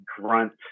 grunt